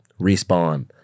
respawn